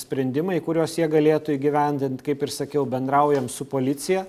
sprendimai kuriuos jie galėtų įgyvendint kaip ir sakiau bendraujam su policija